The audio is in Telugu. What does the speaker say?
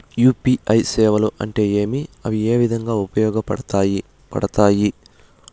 యు.పి.ఐ సేవలు అంటే ఏమి, అవి ఏ రకంగా ఉపయోగపడతాయి పడతాయి?